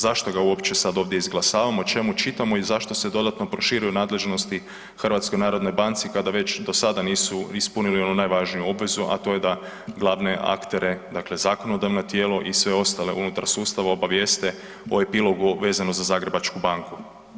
Zašto ga uopće sad ovdje izglasavamo, čemu čitamo i zašto se dodatno proširuju nadležnosti HNB-u kada već do sada nisu ispunili ono najvažniju obvezu a to je da glavne aktere, dakle zakonodavno tijelo i sve ostale unutar sustava obavijeste o epilogu ovog vezanog za Zagrebačku banku?